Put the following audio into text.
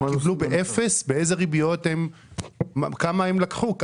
אילו ריביות הם לקחו?